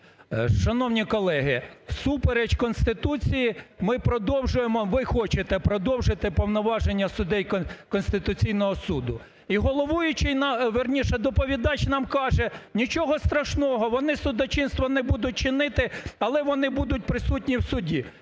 Шановні колеги, всупереч Конституції ми продовжуємо, ви хочете продовжити повноваження суддів Конституційного Суду. І головуючий, вірніше, доповідач нам каже, нічого страшного, вони судочинство не будуть чинити, але вони будуть присутні в суді.